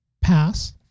pass